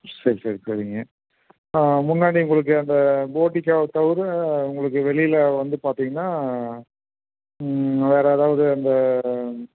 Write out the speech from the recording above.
சரி சரி சரிங்க முன்னாடி உங்களுக்கு அந்த போர்ட்டிகோவ தவிர உங்களுக்கு வெளியில் வந்து பார்த்திங்கனா வேறு எதாவது அந்த